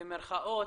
במרכאות,